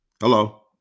Hello